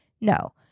No